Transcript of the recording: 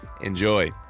Enjoy